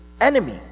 enemy